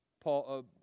paul